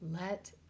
Let